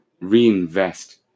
reinvest